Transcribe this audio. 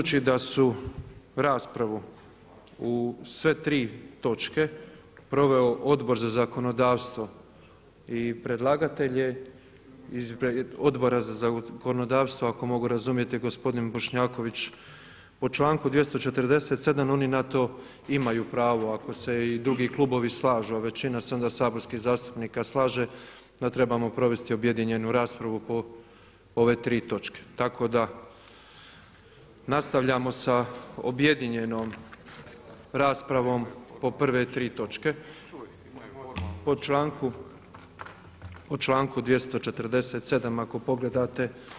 Budući da su raspravu u sve tri točke proveo Odbor za zakonodavstvo i predlagatelj je ispred Odbora za zakonodavstvo ako mogu razumjeti gospodin Bošnjaković po članku 247. oni na to imaju pravo ako se i drugi klubovi slažu, a većina se onda saborskih zastupnika slaže da trebamo provesti objedinjenju raspravu po ove tri točke, tako da nastavljamo sa objedinjenom po prve tri točke, po članku 247. ako pogledate.